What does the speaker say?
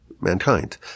mankind